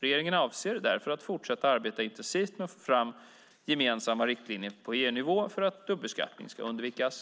Regeringen avser därför att fortsätta arbeta intensivt med att få fram gemensamma riktlinjer på EU-nivå så att dubbelbeskattning kan undvikas.